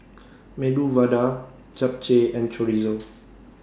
Medu Vada Japchae and Chorizo